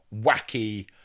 wacky